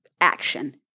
action